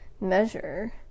measure